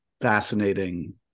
fascinating